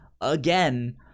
again